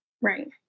Right